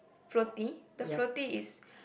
floatie the floatie is